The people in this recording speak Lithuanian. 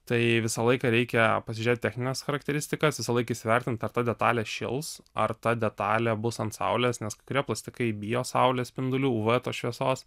tai visą laiką reikia pasižiūrėt technines charakteristikas visąlaik įsivertint ar ta detalė šils ar ta detalė bus ant saulės nes kai kurie plastikai bijo saulės spindulių uv tos šviesos